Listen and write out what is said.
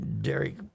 Derek